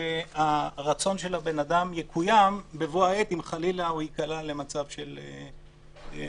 שהרצון של האדם יקוים בבוא העת אם חלילה הוא ייקלע למצב של אי-כשירות.